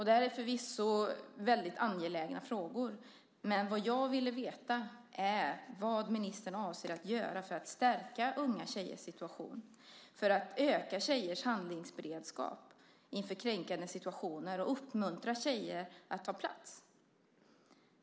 Detta är förvisso mycket angelägna frågor, men vad jag vill veta är vad ministern avser att göra för att stärka unga tjejers situation, för att öka tjejers handlingsberedskap inför kränkande situationer och för att uppmuntra tjejer att ta plats.